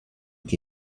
che